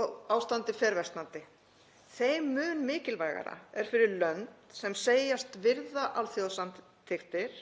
og ástandið fer versnandi. Þeim mun mikilvægara er fyrir lönd sem segjast virða alþjóðasamþykktir